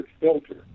filter